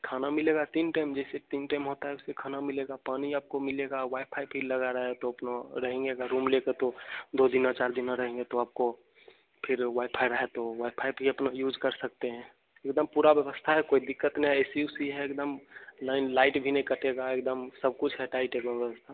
खाना मिलेगा तीन टाइम जैसे तीन टाइम होता है वैसे खाना मिलेगा पानी आपको मिलेगा वायफाय फिर लगा रहे तो अपना रहेंगे अगर रूम लेकर तो दो दिना चार दिना रहेंगे तो आपको फिर वायफाय रहे तो वायफाय भी अपना यूज कर सकते हैं एकदम पूरा व्यवस्था है कोई दिक्कत नहीं एसी उसी है एकदम लइन लाइट भी नहीं कटेगा एकदम सब कुछ है टाइट एकदम व्यवस्था